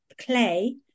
clay